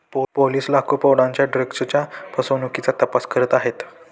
police लाखो पौंडांच्या ड्रग्जच्या फसवणुकीचा तपास करत आहेत